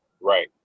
Right